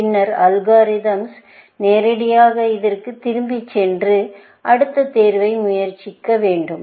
பின்னர் அல்காரிதம்ஸ் நேரடியாக இதற்குத் திரும்பிச் சென்று அடுத்த தேர்வை முயற்சிக்க வேண்டும்